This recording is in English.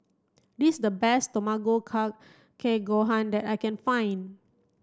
this is the best Tamago Kake Gohan that I can find